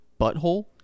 butthole